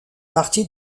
partie